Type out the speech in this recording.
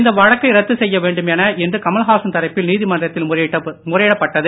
இந்த வழக்கை ரத்து செய்ய வேண்டும் என இன்று கமல்ஹாசன் தரப்பில் நீதிமன்றத்தில் முறையிடப்பட்டது